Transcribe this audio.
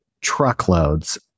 truckloads